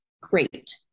Great